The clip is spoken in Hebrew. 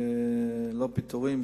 לא פיטורים,